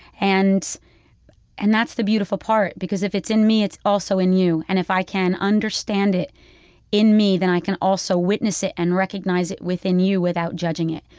and and that's the beautiful part because if it's in me it's also in you. you. and if i can understand it in me, then i can also witness it and recognize it within you without judging it.